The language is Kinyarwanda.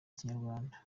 ikinyarwanda